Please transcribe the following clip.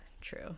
true